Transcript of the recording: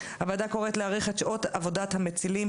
הוועדה קוראת להאריך את שעות עבודת המצילים,